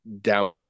down